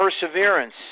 perseverance